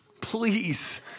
please